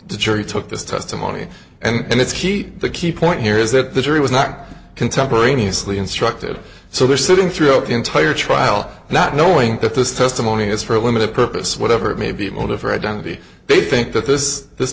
the jury took this testimony and it's key the key point here is that the jury was not contemporaneously instructed so they're sitting throughout the entire trial not knowing if this testimony is for a limited purpose whatever it may be a motive for identity they think that this this